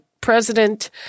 President